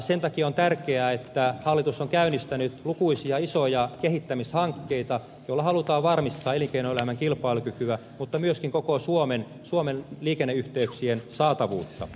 sen takia on tärkeää että hallitus on käynnistänyt lukuisia isoja kehittämishankkeita joilla halutaan varmistaa elinkeinoelämän kilpailukykyä mutta myöskin koko suomen liikenneyhteyksien saatavuutta